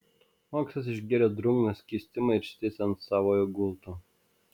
maksas išgėrė drungną skystimą ir išsitiesė ant savojo gulto